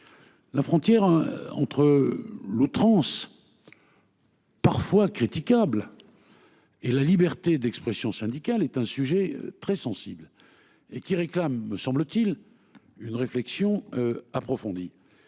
La frontière entre l'outrance. Parfois critiquables. Et la liberté d'expression syndicale est un sujet très sensible et qui réclame, me semble-t-il. Une réflexion approfondie.